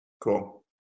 cool